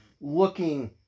looking